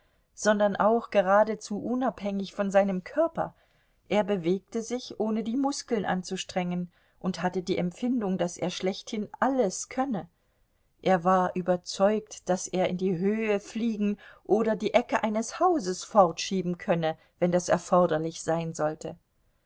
sondern auch geradezu unabhängig von seinem körper er bewegte sich ohne die muskeln anzustrengen und hatte die empfindung daß er schlechthin alles könne er war überzeugt daß er in die höhe fliegen oder die ecke eines hauses fortschieben könne wenn das erforderlich sein sollte